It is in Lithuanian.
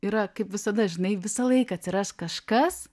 yra kaip visada žinai visą laiką atsiras kažkas